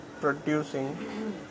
producing